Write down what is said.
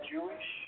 Jewish